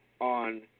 on